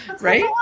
Right